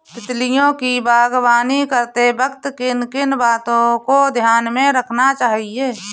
तितलियों की बागवानी करते वक्त किन किन बातों को ध्यान में रखना चाहिए?